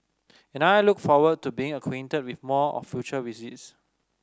and I look forward to being acquainted with more on future visits